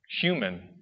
human